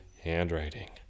handwriting